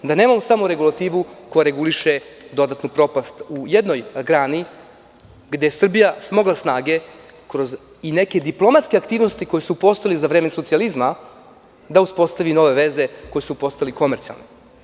Da nemamo samo regulativu koja reguliše dodatnu propast u jednoj grani, gde je Srbija smogla snage, kroz neke diplomatske aktivnosti koje su postojale za vreme socijalizma, da uspostavi nove veze koje su postale komercijalne.